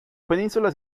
península